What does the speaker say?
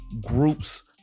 groups